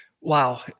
Wow